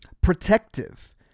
protective